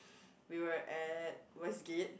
we were at Westgate